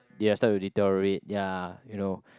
they'll start to deteriorate ya you know